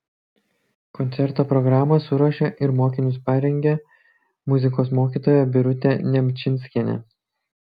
koncerto programą suruošė ir mokinius parengė muzikos mokytoja birutė nemčinskienė